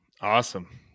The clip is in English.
awesome